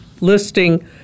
listing